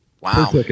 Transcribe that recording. Wow